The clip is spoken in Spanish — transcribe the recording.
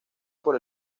por